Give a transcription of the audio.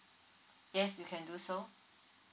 yes you can do so